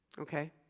Okay